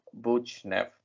Buchnev